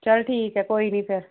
ਚੱਲ ਠੀਕ ਹੈ ਕੋਈ ਨਹੀਂ ਫਿਰ